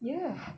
ya